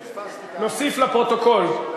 פספסתי את, להוסיף לפרוטוקול.